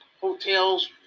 hotels